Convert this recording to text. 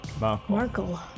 markle